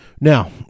Now